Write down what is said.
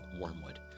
Wormwood